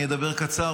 אני אדבר קצר,